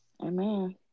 amen